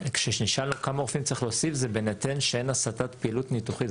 כשנשאלנו כמה רופאים צריך להוסיף זה בהינתן שאין הסתת פעילות ניתוחית.